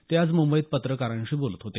ते आज मुंबईत पत्रकारांशी बोलत होते